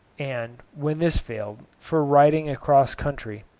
and, when this failed, for riding across country,